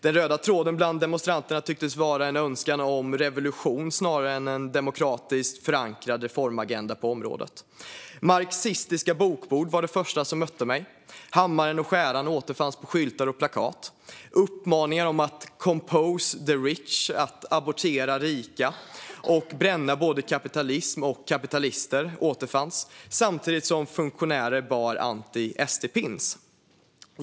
Den röda tråden bland demonstranterna tycktes vara en önskan om revolution snarare än en demokratiskt förankrad reformagenda på området. Marxistiska bokbord var det första som mötte mig. Hammaren och skäran återfanns på skyltar och plakat. Uppmaningar om att "compost the rich", kompostera rika, och bränna både kapitalism och kapitalister återfanns, samtidigt som funktionärer bar anti-SD-pins.